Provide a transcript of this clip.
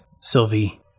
Sylvie